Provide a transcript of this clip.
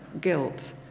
guilt